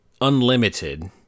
unlimited